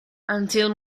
until